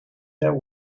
their